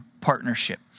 partnership